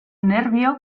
nervio